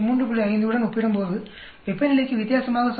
5 உடன் ஒப்பிடும்போது வெப்பநிலைக்கு வித்தியாசமாக சார்ந்துள்ளது